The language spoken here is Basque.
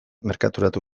merkaturatu